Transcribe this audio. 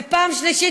ופעם שלישית,